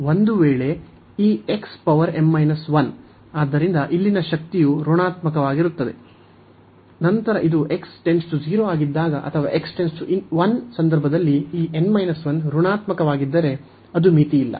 ಒಂದು ವೇಳೆ ಈ x ಆದ್ದರಿಂದ ಇಲ್ಲಿನ ಶಕ್ತಿಯು ಋಣಾತ್ಮಕವಾಗಿರುತ್ತದೆ ನಂತರ ಇದು x → 0 ಆಗಿದ್ದಾಗ ಅಥವಾ x → 1 ಸಂದರ್ಭದಲ್ಲಿ ಈ n 1 ಋಣಾತ್ಮಕವಾಗಿದ್ದರೆ ಅದು ಮಿತಿಯಿಲ್ಲ